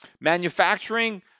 manufacturing